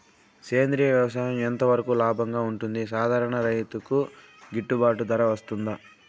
సేంద్రియ వ్యవసాయం ఎంత వరకు లాభంగా ఉంటుంది, సాధారణ రైతుకు గిట్టుబాటు ధర వస్తుందా?